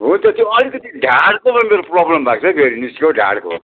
हुन्छ त्यो अलिकति ढाँडको मेरो प्रोब्लम भएको छ त्यो निस्कियो ढाँडको